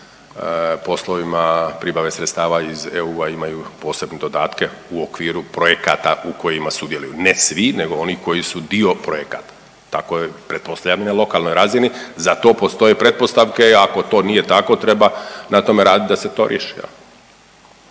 poslovima pribave sredstava iz EU-a imaju posebne dodatke u okviru projekata u kojima sudjeluju, ne svi nego oni koji su dio projekata. Tako je pretpostavljam i na lokalnoj razini. Za to postoje pretpostavke i ako t nije tako treba na tome raditi da se to riješi